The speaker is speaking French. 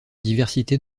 diversité